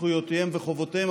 זכויותיהם וחובותיהם,